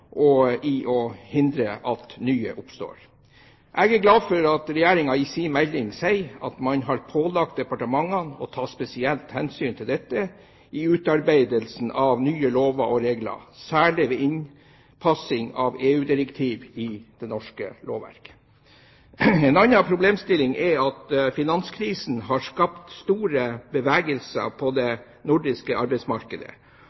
og hindre at nye oppstår. Jeg er glad for at Regjeringen i sin melding sier at man har pålagt departementene å ta spesielt hensyn til dette i utarbeidelsen av nye lover og regler, særlig ved innpassing av EU-direktiv i det norske lovverket. En annen problemstilling er at finanskrisen har skapt store bevegelser på